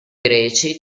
greci